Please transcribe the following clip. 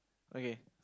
okay